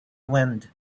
wind